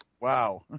wow